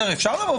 לא.